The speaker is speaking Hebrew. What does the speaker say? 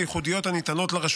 הינני